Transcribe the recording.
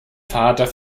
vater